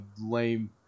lame